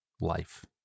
life